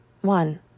One